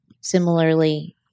Similarly